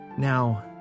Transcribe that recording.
Now